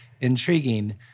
intriguing